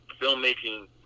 filmmaking